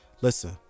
Listen